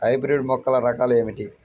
Hybrid మొక్కల రకాలు ఏమిటీ?